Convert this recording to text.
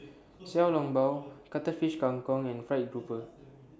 Xiao Long Bao Cuttlefish Kang Kong and Fried Grouper